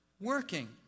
working